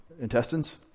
intestines